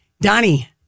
Donnie